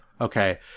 Okay